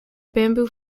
bamboo